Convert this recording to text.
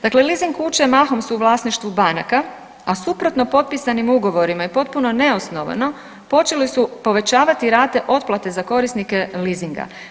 Dakle, leasing kuće su mahom u vlasništvu banaka, a suprotno potpisanim ugovorima i potpuno neosnovano počeli su povećati rate otplate za korisnike leasinga.